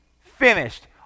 finished